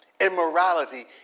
immorality